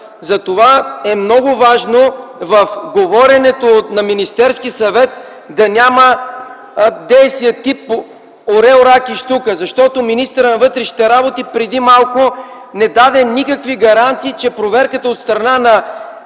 Затова е много важно в говоренето на Министерския съвет да няма действия от типа „орел, рак и щука”, защото министърът на вътрешните работи преди малко не даде никакви гаранции, че проверката от страна на